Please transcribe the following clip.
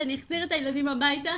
שאחזיר את הילדים הביתה?